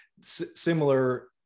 similar